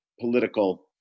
political